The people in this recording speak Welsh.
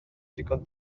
ddigon